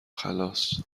خلاص